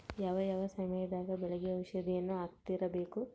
ಯಾವ ಯಾವ ಸಮಯದಾಗ ಬೆಳೆಗೆ ಔಷಧಿಯನ್ನು ಹಾಕ್ತಿರಬೇಕು?